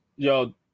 Yo